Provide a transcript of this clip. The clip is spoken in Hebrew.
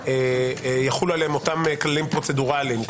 יחולו עליהם אותך כללים פרוצדורליים,